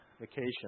vacation